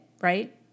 right